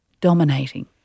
dominating